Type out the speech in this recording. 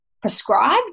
prescribed